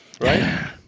Right